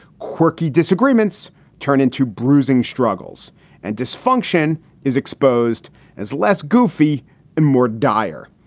quirky disagreements turn into bruising struggles and dysfunction is exposed as less goofy and more dire.